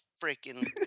freaking